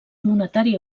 monetari